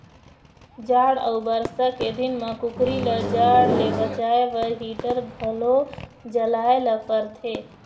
जाड़ अउ बरसा के दिन म कुकरी ल जाड़ ले बचाए बर हीटर घलो जलाए ल परथे